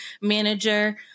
manager